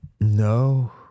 No